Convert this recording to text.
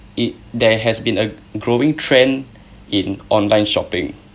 it there has been a growing trend in online shopping